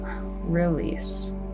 release